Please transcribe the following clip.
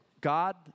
God